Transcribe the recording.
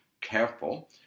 careful